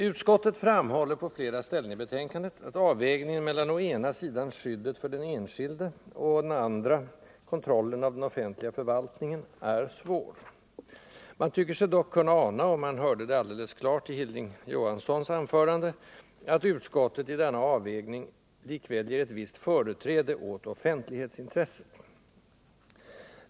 Utskottet framhåller på flera ställen i betänkandet att avvägningen mellan å ena sidan skyddet för den enskilde och å den andra kontrollen av den offentliga förvaltningen är svår. Man tycker sig dock kunna ana — och man hörde det alldeles klart i Hilding Johanssons anförande — att utskottet i denna sin avvägning likväl ger ett visst företräde åt offentlighetsintresset.